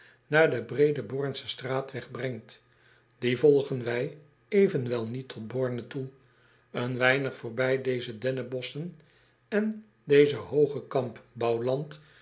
naar den breeden ornschen straatweg brengt ien volgen wij evenwel niet tot orne toe en weinig voorbij deze dennenbosschen en dezen hoogen